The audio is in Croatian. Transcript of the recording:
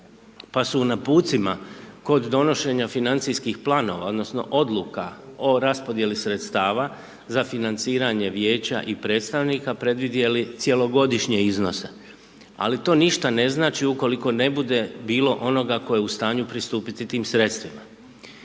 pa su u napucima kod donošenja financijskih planova odnosno odluka o raspodjeli sredstava za financiranje vijeća i predstavnika predvidjeli cjelogodišnje iznose, ali to ništa ne znači ukoliko ne bude bilo onoga ko je u stanju pristupiti tim sredstvima.